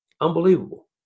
Unbelievable